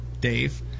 Dave